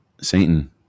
Satan